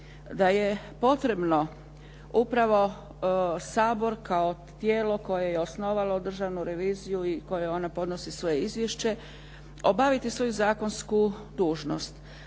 da je potrebno upravo Sabor kao tijelo koje je osnovalo Državnu reviziju i kojem ona podnosi svoje izvješće obaviti svoju zakonsku dužnost